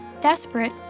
Desperate